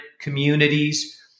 communities